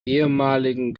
ehemaligen